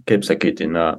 kaip sakyti na